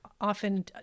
often